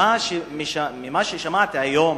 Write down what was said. ממה ששמעתי היום